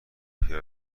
پیاده